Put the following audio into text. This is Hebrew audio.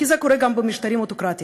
כי זה קורה גם במשטרים אוטוקרטיים.